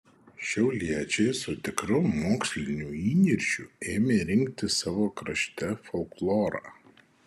šiauliečiai su tikru moksliniu įniršiu ėmė rinkti savo krašte folklorą